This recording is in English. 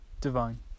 divine